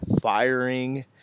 firing